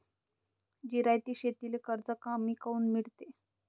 जिरायती शेतीले कर्ज कमी काऊन मिळते?